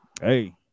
hey